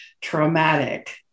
traumatic